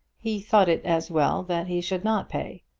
he thought it as well that he should not pay.